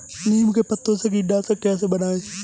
नीम के पत्तों से कीटनाशक कैसे बनाएँ?